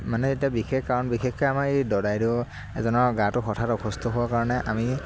মানে এতিয়া বিশেষ কাৰণ বিশেষ কাৰণ আমাৰ এই দদাইদেউ এজনৰ গাটো হঠাৎ অ সুস্থ হোৱাৰ কাৰণে আমি